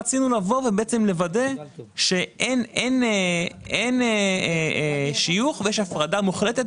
רצינו לוודא שאין שיוך ויש הפרדה מוחלטת